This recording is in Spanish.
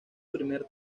primer